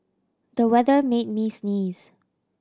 the weather made me sneeze